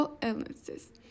illnesses